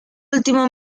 último